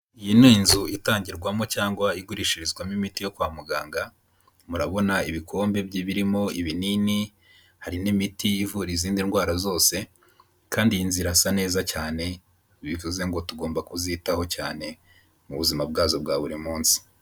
Iyi ni inzu itangirwamo cyangwa igurishirizwamo imiti yo kwa muganga, murabona ibikombe by'ibirimo ibinini, hari n'imiti ivura izindi ndwara zose kandi iyi nzu irasa neza cyane, bivuze ngo tugomba kuzitaho cyane mu buzima bwazo bwa buri munsi.